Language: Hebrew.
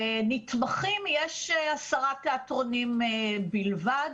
נתמכים יש עשרה תיאטרונים בלבד,